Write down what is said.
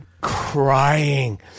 crying